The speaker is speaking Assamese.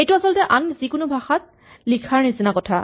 এইটো আচলতে আন যিকোনো এটা ভাষাত লিখাৰ নিচিনা কথা